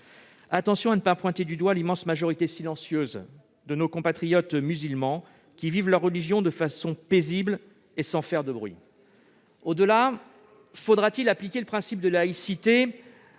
Attention à ne pas pointer du doigt l'immense majorité silencieuse de nos compatriotes musulmans, qui vivent leur religion de façon paisible et sans faire de bruit ! Au-delà, faudra-t-il appliquer le principe de laïcité